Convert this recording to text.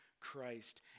Christ